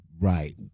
Right